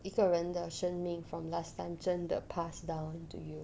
一个人的生命 from last time 真的 passed down to you